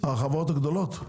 החברות הגדולות?